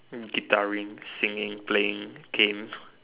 guitaring singing playing games